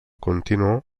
continu